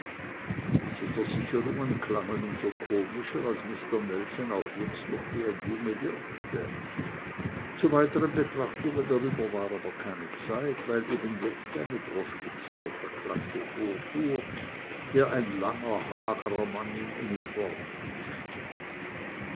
diese versicherungen klangen um so komischer als mister nelson auch jetzt noch wie ein junge wirkte zu weiteren betrachtungen darüber war aber keine zeit weil eben jetzt eine droschke zweiter klasse vorfuhr der ein langer hagerer mann in uniform entstieg